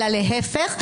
אלא להפך,